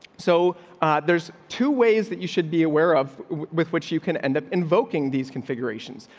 so there's two ways that you should be aware of with which you can end up invoking these configurations.